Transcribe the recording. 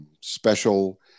special